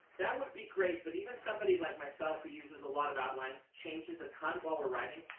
that would be great, but even somebody like myself who uses a lot of outlines changes a ton while we're writing,